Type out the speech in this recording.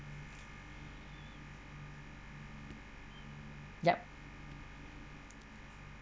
yup